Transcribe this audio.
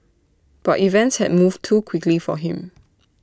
but events had moved too quickly for him